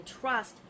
trust